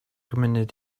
munud